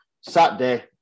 Saturday